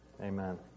Amen